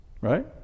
Right